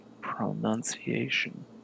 pronunciation